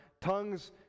tongues